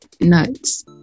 nuts